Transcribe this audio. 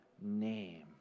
name